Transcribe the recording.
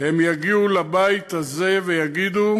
הם יגיעו לבית הזה והם יגידו: